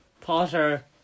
Potter